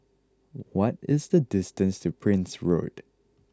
what is the distance to Prince Road